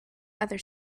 other